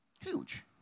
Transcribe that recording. Huge